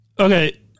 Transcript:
Okay